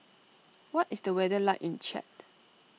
what is the weather like in Chad